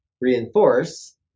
reinforce